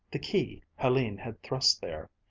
the key helene had thrust there.